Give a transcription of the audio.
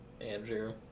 Andrew